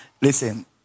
Listen